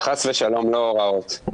חס ושלום, לא הוראות.